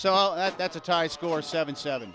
d that that's a tie score seven seven